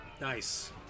Nice